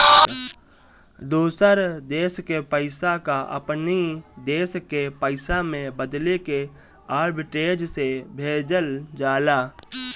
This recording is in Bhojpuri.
दूसर देस के पईसा कअ अपनी देस के पईसा में बदलके आर्बिट्रेज से भेजल जाला